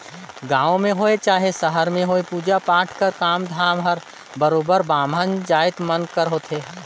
गाँव में होए चहे सहर में होए पूजा पाठ कर काम धाम हर बरोबेर बाभन जाएत मन कर होथे